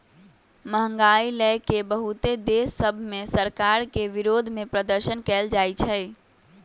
महंगाई लए के बहुते देश सभ में सरकार के विरोधमें प्रदर्शन कएल जाइ छइ